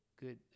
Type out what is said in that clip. good